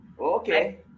okay